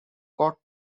got